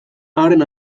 haren